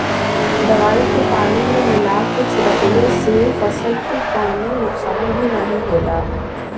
दवाई के पानी में मिला के छिड़कले से फसल के कवनो नुकसान भी नाहीं होला